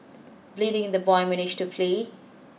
bleeding the boy managed to flee